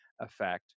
effect